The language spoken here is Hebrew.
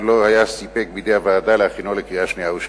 ולא היה סיפק בידי הוועדה להכינו לקריאה שנייה ושלישית.